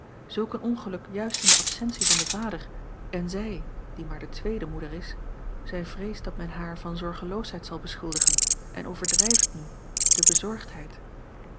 een ongeluk juist in de absentie van den vader en zij die maar de tweede moeder is zij vreest dat men haar van zorgeloosheid zal beschuldigen en overdrijft nu de bezorgdheid